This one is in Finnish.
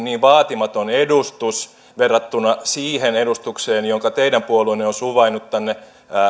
niin vaatimaton edustus verrattuna siihen edustukseen jonka teidän puolueenne on suvainnut tänne